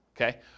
okay